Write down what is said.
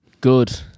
Good